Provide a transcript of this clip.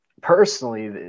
personally